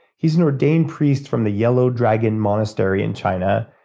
he's an ordained priest from the yellow dragon monastery in china,